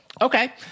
Okay